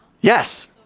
Yes